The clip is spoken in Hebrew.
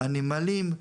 הנמלים,